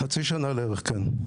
חצי שנה בערך, כן.